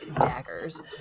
daggers